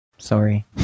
sorry